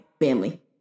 family